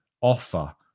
offer